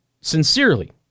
sincerely